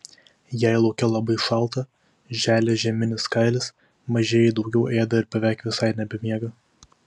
jei lauke labai šalta želia žieminis kailis mažieji daugiau ėda ir beveik visai nebemiega